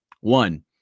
one